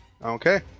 Okay